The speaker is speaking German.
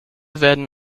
werden